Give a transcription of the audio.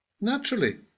Naturally